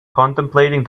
contemplating